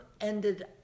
ended